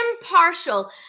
impartial